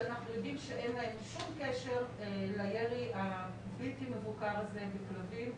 שאנחנו יודעים שאין להם שום קשר לירי הבלתי מבוקר הזה בכלבים,